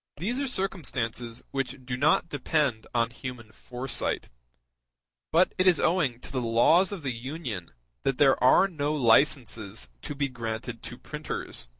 these are circumstances which do not depend on human foresight but it is owing to the laws of the union that there are no licenses to be granted to printers,